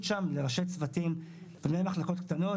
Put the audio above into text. שם לראשי צוותים ומנהלי מחלקות קטנות.